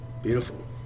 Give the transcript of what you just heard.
Beautiful